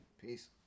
Peace